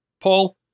Paul